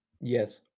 Yes